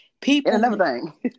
People